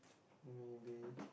maybe